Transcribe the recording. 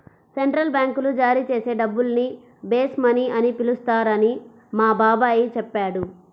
central బ్యాంకులు జారీ చేసే డబ్బుల్ని బేస్ మనీ అని పిలుస్తారని మా బాబాయి చెప్పాడు